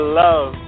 love